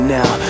now